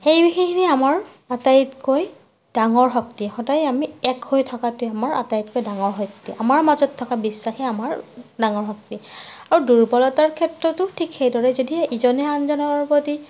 সেই সেইখিনিয়ে আমাৰ আটাইতকৈ ডাঙৰ শক্তি সদায় আমি এক হৈ থকাতোৱে আমাৰ আটাইতকৈ ডাঙৰ শক্তি আমাৰ মাজত থকা বিশ্বাসেই আমাৰ ডাঙৰ শক্তি আৰু দুৰ্বলতাৰ ক্ষেত্ৰটো ঠিক সেইদৰে যেতিয়া ইজনে আনজনৰ প্ৰতি